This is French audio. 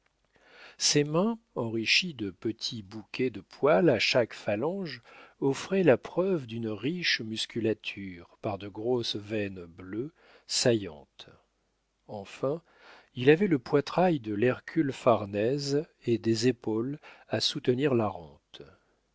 ses mains enrichies de petits bouquets de poils à chaque phalange offraient la preuve d'une riche musculature par de grosses veines bleues saillantes enfin il avait le poitrail de lhercule farnèse et des épaules à soutenir la rente